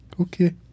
Okay